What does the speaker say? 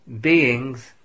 beings